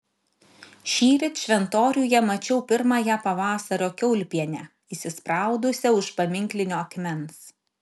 šįryt šventoriuje mačiau pirmąją pavasario kiaulpienę įsispraudusią už paminklinio akmens